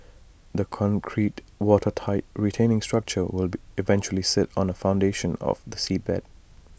the concrete watertight retaining structure will be eventually sit on the foundation on the seabed